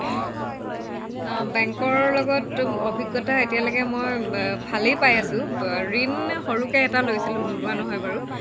বেংকৰ লগততো অভিজ্ঞতা এতিয়ালৈকে মই ভালেই পাই আছোঁ ঋণ সৰুকৈ এটা লৈছিলোঁ নোলোৱা নহয় বাৰু